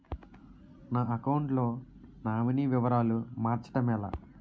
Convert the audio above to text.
నా అకౌంట్ లో నామినీ వివరాలు మార్చటం ఎలా?